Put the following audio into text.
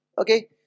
okay